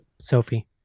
Sophie